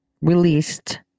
released